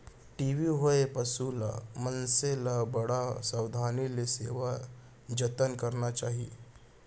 TB होए पसु ल, मनसे ल बड़ सावधानी ले सेवा जतन करना चाही